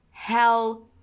Hell